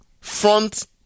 front